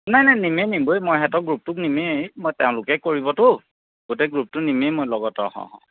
নাই নাই নিমেই নিম অ' মই সিহঁতৰ গ্ৰুপটোক নিমেই মই তেওঁলোকেই কৰিবতো গতিকে গ্ৰুপটো নিমেই মই লগত অঁ অঁ অঁ